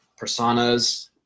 personas